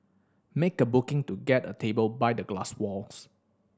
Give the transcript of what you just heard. make a booking to get a table by the glass walls